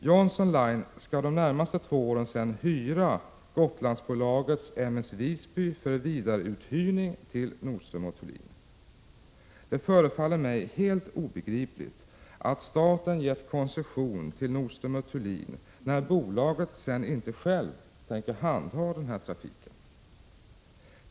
Johnson Line skall de närmaste två åren hyra Gotlandsbolagets M/S Visby för vidareuthyrning till Nordström & Thulin. Det förefaller mig helt obegripligt att staten gett koncession till Nordström & Thulin, eftersom bolaget inte självt tänker handha trafiken.